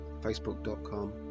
facebook.com